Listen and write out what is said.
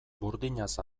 burdinaz